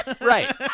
Right